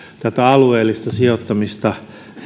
tätä alueellista sijoittamista